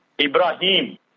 Ibrahim